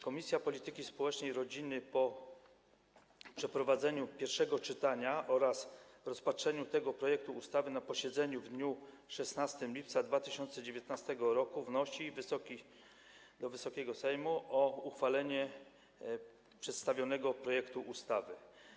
Komisja Polityki Społecznej i Rodziny po przeprowadzeniu pierwszego czytania oraz rozpatrzeniu tego projektu ustawy na posiedzeniu w dniu 16 lipca 2019 r. wnosi do Wysokiego Sejmu o uchwalenie przedstawionego projektu ustawy.